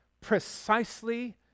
precisely